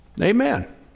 Amen